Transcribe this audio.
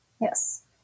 Yes